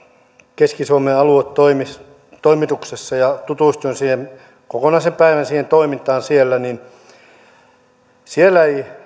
keski suomen aluetoimituksessa ja tutustuin kokonaisen päivän siihen toimintaan siellä ei